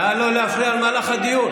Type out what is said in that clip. נא לא להפריע למהלך הדיון.